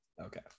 Okay